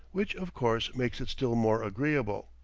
which, of course, makes it still more agreeable.